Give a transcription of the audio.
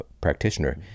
practitioner